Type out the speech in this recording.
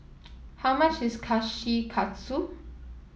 how much is Kushikatsu